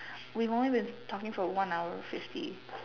we've only been talking for one hour fifty